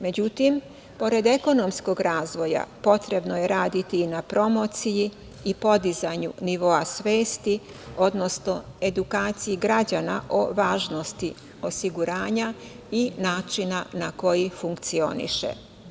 Međutim, pored ekonomskog razvoja potrebno je raditi i na promociji i podizanju nivoa svesti, odnosno edukaciji građana o važnosti osiguranja i načina na koji funkcioniše.